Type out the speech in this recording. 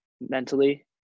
Mentally